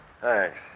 Thanks